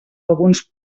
alguns